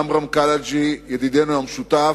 עמרם קלעג'י, ידידנו המשותף,